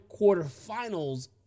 quarterfinals